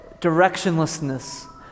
directionlessness